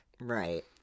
Right